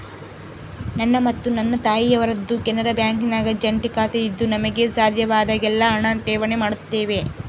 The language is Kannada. ನನ್ನ ಮತ್ತು ನನ್ನ ತಾಯಿಯವರದ್ದು ಕೆನರಾ ಬ್ಯಾಂಕಿನಾಗ ಜಂಟಿ ಖಾತೆಯಿದ್ದು ನಮಗೆ ಸಾಧ್ಯವಾದಾಗೆಲ್ಲ ಹಣ ಠೇವಣಿ ಮಾಡುತ್ತೇವೆ